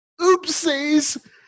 oopsies